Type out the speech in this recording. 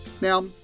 Now